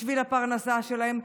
בשביל הפרנסה שלהם,